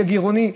יהיה גירעוני,